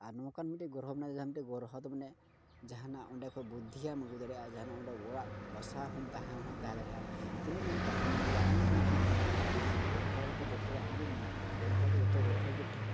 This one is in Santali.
ᱟᱨ ᱱᱚᱝᱠᱟᱱ ᱢᱤᱫᱴᱮᱡ ᱜᱨᱚᱦᱚ ᱢᱮᱱᱟᱭᱟ ᱡᱟᱦᱟᱸᱭ ᱢᱤᱫᱴᱟᱝ ᱜᱨᱚᱦᱚ ᱫᱚ ᱢᱟᱱᱮ ᱡᱟᱦᱟᱱᱟᱜ ᱚᱸᱰᱮ ᱠᱷᱚᱡ ᱵᱩᱫᱽᱫᱷᱤᱭᱮᱢ ᱟᱹᱜᱩ ᱫᱟᱲᱮᱭᱟᱜᱼᱟ ᱡᱟᱦᱟᱱᱟᱜ ᱚᱸᱰᱮ ᱚᱲᱟᱜ ᱵᱟᱥᱟ ᱦᱚᱢ ᱛᱟᱦᱮᱸ ᱦᱚᱢ ᱛᱟᱦᱮᱸ ᱫᱟᱲᱮᱭᱟᱜᱼᱟ ᱛᱤᱱᱟᱹᱜ ᱫᱤᱱ ᱛᱟᱦᱮᱢ ᱢᱮᱱ ᱠᱟᱫᱟ ᱩᱱᱟᱹᱜ ᱫᱤᱱ ᱦᱚᱢ ᱛᱟᱦᱮᱸ ᱫᱟᱲᱮᱭᱟᱜᱼᱟ ᱜᱨᱚᱦᱚ ᱨᱮᱫᱚ ᱡᱚᱛᱚᱣᱟᱜ ᱜᱮ ᱢᱮᱱᱟᱜᱼᱟ ᱜᱨᱚᱦᱚ ᱫᱚ ᱡᱚᱛᱚ ᱜᱨᱚᱦᱚ ᱜᱮ ᱴᱷᱤᱠᱟ